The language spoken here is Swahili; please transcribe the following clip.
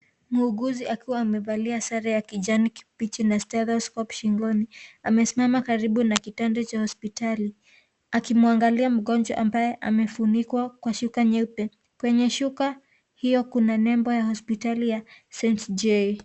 Muuguzi akiwa amevalia sare ya kijani kibichi na(cs) Telescope(cs) shingoni amesimama karibu na kitanda cha hosiptali akiangalia mgonjwa ambaye amefunikwa kwa shuka nyeupe, kwenye shuka hiyo kuna nembo ya hosiptali ya St. jewi